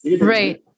Right